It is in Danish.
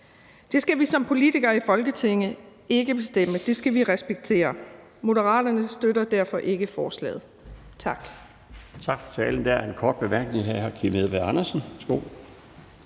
Det skal vi som politikere i Folketinget ikke bestemme; det skal vi respektere. Moderaterne støtter derfor ikke forslaget. Tak.